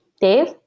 Dave